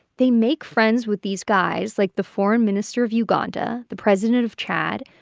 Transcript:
they make friends with these guys, like the foreign minister of uganda, the president of chad,